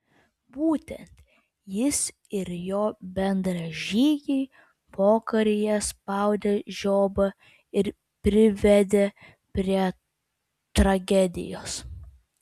būtent jis ir jo bendražygiai pokaryje spaudė žiobą ir privedė prie tragedijos